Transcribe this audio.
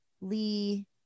Lee